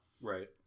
right